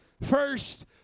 First